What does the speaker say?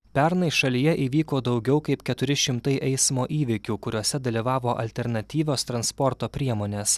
pernai šalyje įvyko daugiau kaip keturi šimtai eismo įvykių kuriuose dalyvavo alternatyvios transporto priemonės